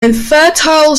infertile